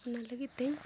ᱚᱱᱟ ᱞᱟᱹᱜᱤᱫ ᱛᱮ